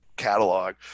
catalog